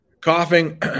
Coughing